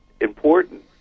important